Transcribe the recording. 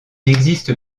existe